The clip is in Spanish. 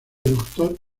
doctor